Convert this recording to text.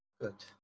Good